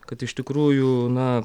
kad iš tikrųjų na